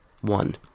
One